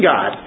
God